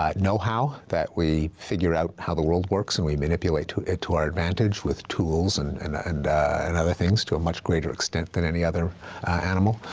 um no how, that we figure out how the world works and we manipulate it to our advantage with tools and and ah and and other things to a much greater extent than any other animal.